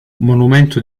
monumento